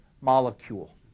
molecule